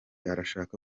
arashaka